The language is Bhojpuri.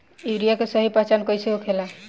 यूरिया के सही पहचान कईसे होखेला?